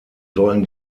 sollen